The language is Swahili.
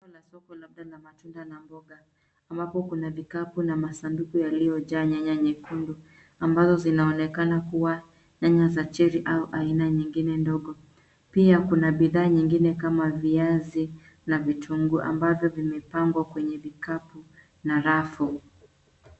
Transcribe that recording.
Hili ni soko labda matunda na mboga ambapo kuna vikapu na masaduku yaliyojaa nyanya nyekundu ambazo zinaonekana kuwa nyanya za cherry au aina nyingine ndogo. Pia kuna bidhaa nyingine kama viazi na vitunguu ambavyo vimepangwa kwenye vikapu na rafu.